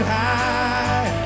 high